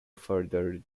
further